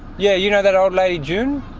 yeah you know that old lady june?